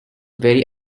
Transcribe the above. very